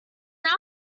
now